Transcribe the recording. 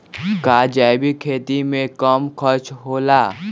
का जैविक खेती में कम खर्च होला?